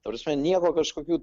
ta prasme nieko kažkokių